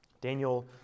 Daniel